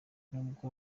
nubwo